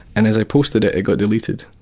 and as i posted it, it got deleted,